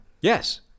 yes